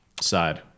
side